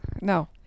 No